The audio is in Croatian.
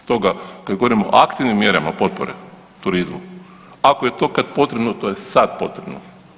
Stoga kad govorimo o aktivnim mjerama potpore turizmu, ako je to kad potrebno to je sad potrebno.